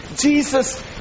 Jesus